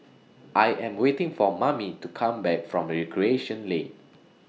I Am waiting For Mamie to Come Back from Recreation Lane